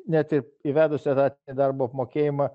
net ir įvedus etatinį darbo apmokėjimą